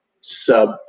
sub